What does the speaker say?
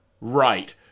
Right